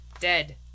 Dead